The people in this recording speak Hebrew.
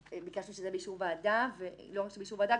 ביקשנו שזה יהיה באישור ועדה ולא רק באישור ועדה,